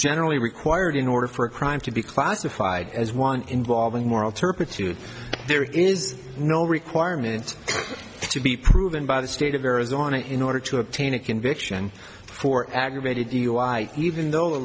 generally required in order for a crime to be classified as one involving moral turpitude there is no requirement to be proven by the state of arizona in order to obtain a conviction for aggravated u i even though the